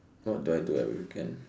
what do I do at weekend